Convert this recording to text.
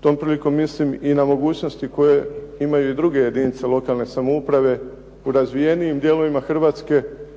tom prilikom mislim i na mogućnosti koje imaju i druge jedinice lokalne samouprave u razvijenijim dijelovima Hrvatske